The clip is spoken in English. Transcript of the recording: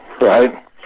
right